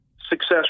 success